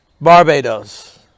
Barbados